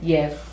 Yes